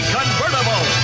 Convertible